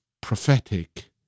prophetic